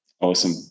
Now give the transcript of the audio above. awesome